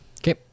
Okay